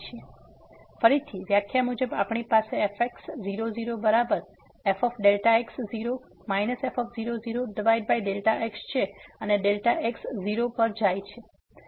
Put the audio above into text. તેથી ફરીથી વ્યાખ્યા મુજબ આપણી પાસે fx0 0 બરાબર fΔx0 f00Δx છે અને Δx 0 પર જાય છે